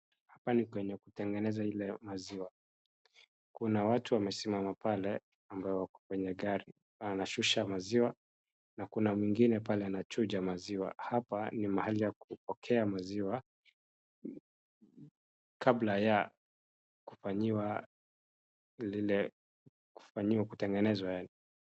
Hapa ni kwenye kutengenezwa ile maziwa, kuna watu wamesimama pale ambaye wako kwenye gari wanasusha maziwa na kuna mwingine pale anachuja maziwa, hapa ni mahali pa kupokea maziwa kabla ya kufanyiwa lile, kufanyiwa, kutengenezwa yaani.